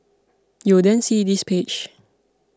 you'll then see this page